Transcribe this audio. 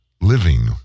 living